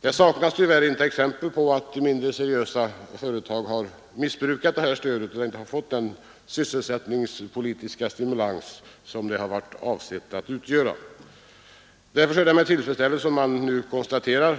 Det saknas tyvärr inte exempel på att mindre seriösa företag har missbrukat detta stöd och att det därmed inte har fått den sysselsättningsstimulerande effekt som det har varit avsett för. Det är därför med tillfredsställelse man konstaterar